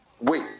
Wait